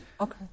Okay